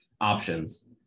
options